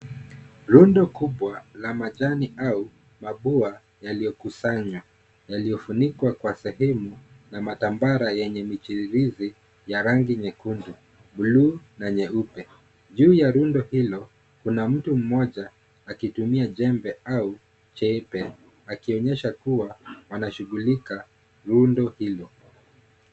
Rundo kubwa la majani au mabua yaliyokusanywa, yaliyofunikwa Kwa sehemu na matambara yenye michirizi ya rangi nyekundu ,bluu na nyeupe . Juu ya rundo hilo kuna mtu mmoja akitumia jembe au jebe akionyesha kuwa anashughulika rundo hilo.